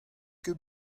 ket